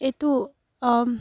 এইটো